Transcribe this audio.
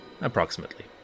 approximately